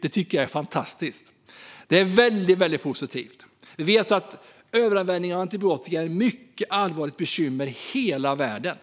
Det är fantastiskt och positivt. Vi vet att överanvändningen av antibiotika är ett mycket allvarligt bekymmer i hela världen.